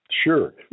Sure